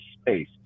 space